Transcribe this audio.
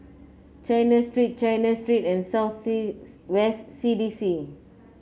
China Street China Street and South West C D C